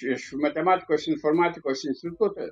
iš matematikos informatikos instituto